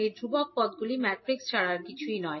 এই ধ্রুবক পদগুলির ম্যাট্রিক্সছাড়া আর কিছুই নয়